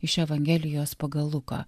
iš evangelijos pagal luką